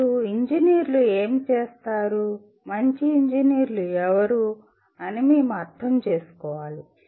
ఇప్పుడు ఇంజనీర్లు ఏమి చేస్తారు మంచి ఇంజనీర్లు ఎవరు అని మేము అర్థం చేసుకోవాలి